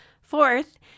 Fourth